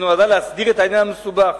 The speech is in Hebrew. היא נועדה להסדיר את העניין המסובך